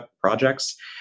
projects